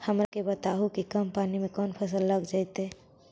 हमरा के बताहु कि कम पानी में कौन फसल लग जैतइ?